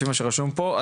לפי מה שרשום פה,